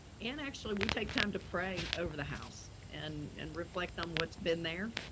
and actually we take time to pray over the house and and reflect on what's been there.